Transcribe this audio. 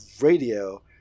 radio